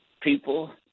people